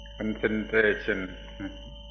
concentration